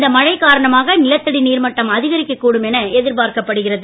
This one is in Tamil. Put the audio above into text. இந்த மழை காரணமாக நிலத்தடி நீர் மட்டம் அதிகரிக்க கூடும் என எதிர்பார்க்கப்படுகிறது